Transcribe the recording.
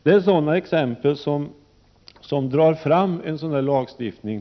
Det är sådana exempel som ger resultat och befrämjar en sådan här lagstiftning.